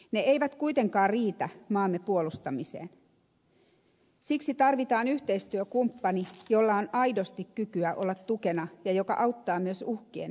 ne eivät kuitenkaan riitä maamme puolustamiseen siksi tarvitaan yhteistyökumppani jolla on aidosti kykyä olla tukena ja joka auttaa myös uhkien etukäteisanalysoinnissa